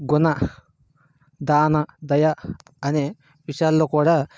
గుణ దాన దయ అనే విషయాల్లో కూడా